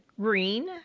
green